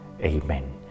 Amen